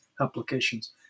applications